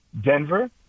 Denver